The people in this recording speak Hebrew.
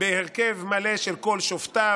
בהרכב מלא של כל שופטיו,